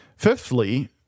Fifthly